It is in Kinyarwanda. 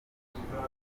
bakivumbura